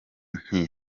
nti